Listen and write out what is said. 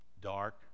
dark